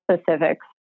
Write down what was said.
specifics